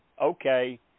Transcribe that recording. okay